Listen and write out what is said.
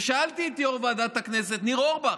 ושאלתי את יו"ר ועדת הכנסת ניר אורבך: